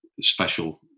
special